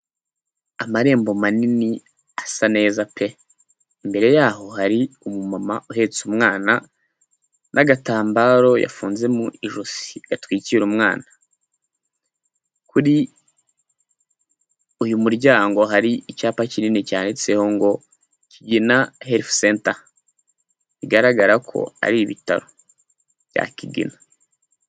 Amarembo manini asa neza pe! imbere yaho hari umumama uhetse umwana n'agatambaro yafunze mu ijosi gatwikira umwana, kuri uyu muryango hari icyapa kinini cyanditseho ngo Kigina Health Center, bigaragara ko ari ibitaro bya Kigina.